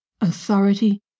authority